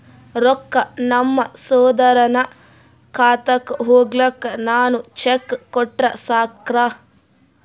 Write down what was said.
ರೊಕ್ಕ ನಮ್ಮಸಹೋದರನ ಖಾತಕ್ಕ ಹೋಗ್ಲಾಕ್ಕ ನಾನು ಚೆಕ್ ಕೊಟ್ರ ಸಾಕ್ರ?